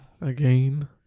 Again